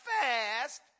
fast